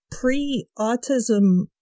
pre-autism